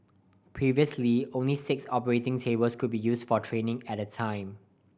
previously only six operating tables could be used for training at a time